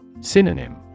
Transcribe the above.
Synonym